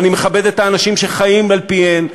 ואני מכבד את האנשים שחיים על-פיהן,